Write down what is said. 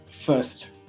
first